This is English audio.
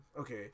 okay